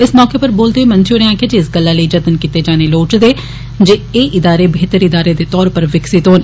इस मौके उप्पर बोलदे होई मंत्री होरें आक्खेआ जे इस गल्ल लेई जतन कीते जाने लोड़चदे जे एह् इदारें बेहतर इदारें दे तौर उप्पर विकसित होन